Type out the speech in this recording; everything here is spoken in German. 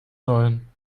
sollen